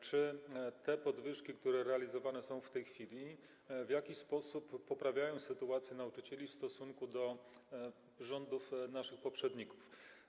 Czy te podwyżki, które realizowane są w tej chwili, w jakiś sposób poprawiają sytuację nauczycieli w stosunku do okresu rządów naszych poprzedników?